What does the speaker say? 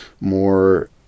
more